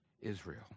Israel